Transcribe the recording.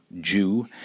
Jew